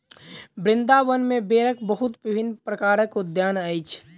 वृन्दावन में बेरक बहुत विभिन्न प्रकारक उद्यान अछि